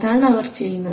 അതാണ് അവർ ചെയ്യുന്നത്